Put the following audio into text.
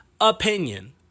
opinion